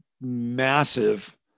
massive